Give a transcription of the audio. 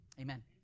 Amen